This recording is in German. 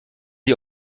sie